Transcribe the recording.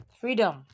Freedom